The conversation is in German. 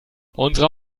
unsere